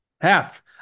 half